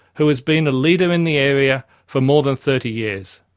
who has been a leader in the area for more than thirty years.